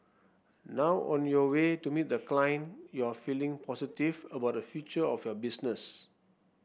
now on your way to meet the client you are feeling positive about the future of your business